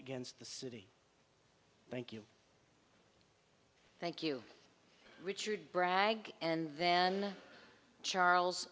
against the city thank you thank you richard bragg and then charles